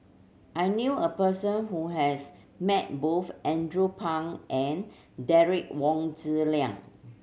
I knew a person who has met both Andrew Phang and Derek Wong Zi Liang